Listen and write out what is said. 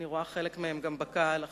אני רואה חלק מהם גם בקהל עכשיו.